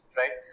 right